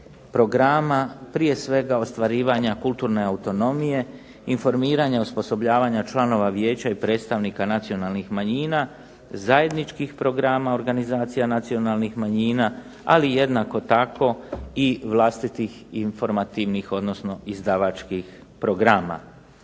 programa, prije svega ostvarivanja kulturne autonomije, informiranja i osposobljavanja članova vijeća i predstavnika nacionalnih manjina, zajedničkih programa organizacija nacionalnih manjina, ali jednako tako i vlastitih informativnih, odnosno izdavačkih programa.